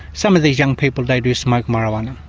some of these young people they do smoke marijuana,